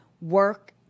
work